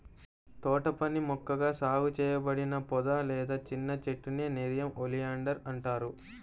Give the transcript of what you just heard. తోటపని మొక్కగా సాగు చేయబడిన పొద లేదా చిన్న చెట్టునే నెరియం ఒలియాండర్ అంటారు